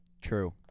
True